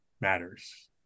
matters